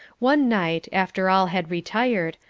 one night, after all had retired,